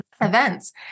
events